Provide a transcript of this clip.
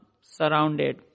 surrounded